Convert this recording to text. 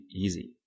easy